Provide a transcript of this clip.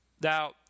Now